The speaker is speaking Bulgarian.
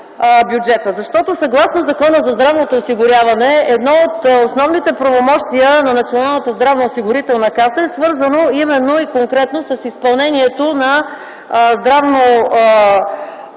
Защото съгласно Закона за здравното осигуряване едно от основните правомощия на Националната здравноосигурителна каса е свързано именно и конкретно с изпълнението на